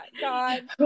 God